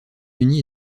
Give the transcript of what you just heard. unis